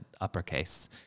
uppercase